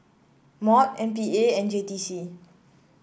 MOD M P A and J T C